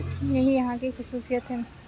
یہی یہاں کی خصوصیت ہے